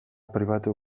pribatu